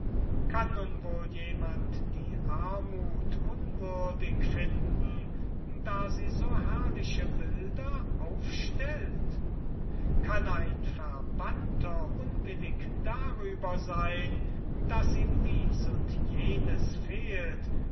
kann nun wohl jemand die armuth unwürdig finden da sie so herrliche bilder aufstellt kann ein verbannter unwillig darüber sein daß ihm dies und jenes